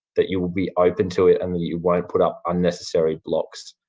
that you will be open to it and that you won't put up unnecessary blocks.